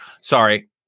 Sorry